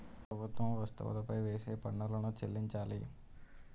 ప్రభుత్వం వస్తువులపై వేసే పన్నులను చెల్లించాలి